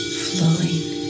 flowing